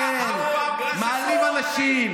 בקדנציה הקודמת, כשהיית שר מקשר,